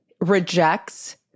rejects